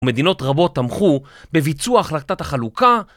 מדינות רבות תמכו בביצוע החלטת החלוקה